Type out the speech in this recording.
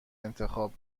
انتخاب